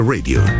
Radio